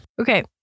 Okay